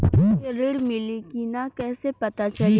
हमके ऋण मिली कि ना कैसे पता चली?